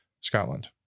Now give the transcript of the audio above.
Scotland